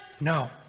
No